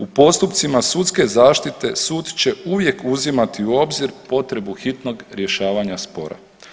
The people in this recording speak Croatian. U postupcima sudske zaštite sud će uvijek uzimati u obzir potrebu hitnog rješavanja spora.